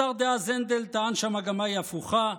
השר דאז הנדל טען שהמגמה היא הפוכה.